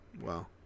Wow